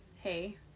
hey